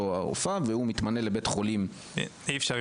הרופאה והוא מתמנה לבית חולים מאיר -- אי אפשר,